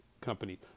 company